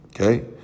Okay